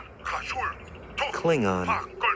Klingon